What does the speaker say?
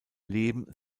leben